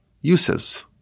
uses